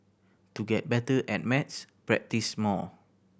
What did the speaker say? to get better at maths practise more